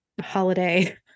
holiday